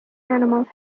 animal